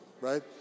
right